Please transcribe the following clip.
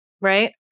right